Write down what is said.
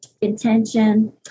intention